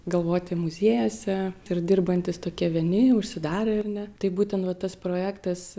galvoti muziejuose ir dirbantys tokie vieni užsidarę ar ne tai būtent va tas projektas